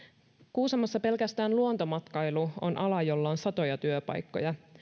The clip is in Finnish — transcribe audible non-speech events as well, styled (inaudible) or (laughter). kuusamossa pelkästään luontomatkailu (unintelligible) on ala jolla on satoja työpaikkoja